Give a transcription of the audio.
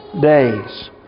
days